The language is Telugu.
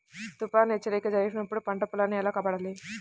తుఫాను హెచ్చరిక జరిపినప్పుడు పంట పొలాన్ని ఎలా కాపాడాలి?